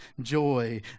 joy